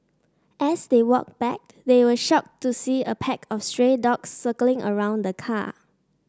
as they walked back they were shocked to see a pack of stray dogs circling around the car